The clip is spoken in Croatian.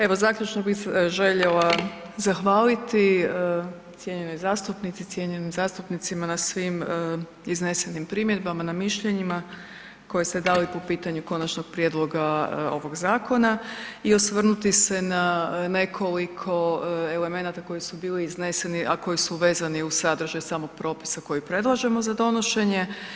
Evo, zaključno bih željela zahvaliti cijenjenoj zastupnici, cijenjenim zastupnicima na svim iznesenim primjedbama, na mišljenjima koje ste dali po pitanju konačnog prijedloga ovog zakona i osvrnuti se na nekoliko elemenata koji su bili izneseni, a koji su vezani uz sadržaj samog propisa koji predlažemo za donošenje.